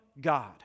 God